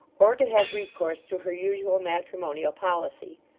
or to have recourse to her usual matrimonial policy.